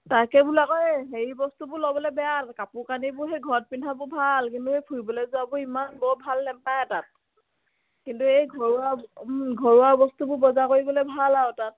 তাকে বোলো আকৌ হেৰি বস্তুবোৰ ল'বলে বেয়া কাপোৰ কানিবোৰ সেই ঘৰত পিন্ধাবোৰ ভাল কিন্তু সেই ফুৰিবলৈ যোৱাবোৰ ইমান বৰ ভাল নেপায় তাত কিন্তু এই ঘৰুৱা ঘৰুৱা বস্তুবোৰ বজাৰ কৰিবলে ভাল আৰু তাত